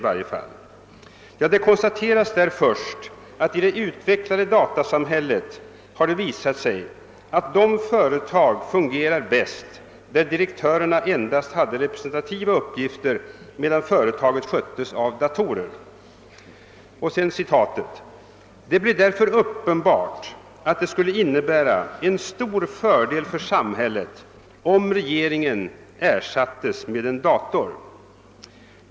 I boken konstateras först att i det utvecklade datasamhället har det visat sig att de företag fungerar bäst i vilka direktörerna endast har representativa uppgifter, medan företagens verksamhet skötes av datorer. Och författaren skriver: »Det blev därför uppenbart att det skulle innebära en stor fördel för samhället om regeringen ersattes med en dator.